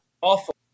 Awful